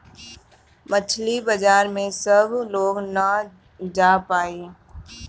मछरी बाजार में सब लोग ना जा पाई